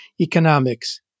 economics